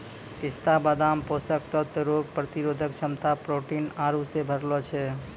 पिस्ता बादाम पोषक तत्व रोग प्रतिरोधक क्षमता प्रोटीन आरु से भरलो छै